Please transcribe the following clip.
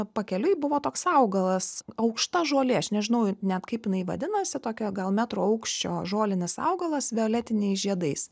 pakeliui buvo toks augalas aukšta žolė aš nežinau net kaip jinai vadinasi tokia gal metro aukščio žolinis augalas violetiniais žiedais